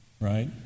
Right